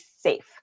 safe